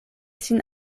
sin